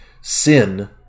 Sin